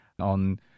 on